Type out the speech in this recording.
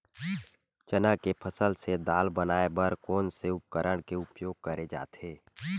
चना के फसल से दाल बनाये बर कोन से उपकरण के उपयोग करे जाथे?